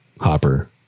Hopper